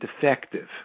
defective